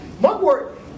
mugwort